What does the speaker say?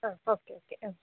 ആ okay okay ആ